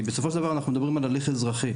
כי בסופו של דבר אנחנו מדברים על הליך אזרחי.